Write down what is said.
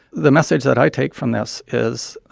the message that i take from this is